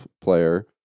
player